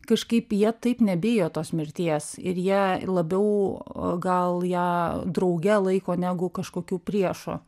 kažkaip jie taip nebijo tos mirties ir jie labiau gal ją drauge laiko negu kažkokiu priešu